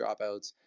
dropouts